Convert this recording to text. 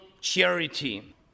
charity